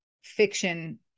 fiction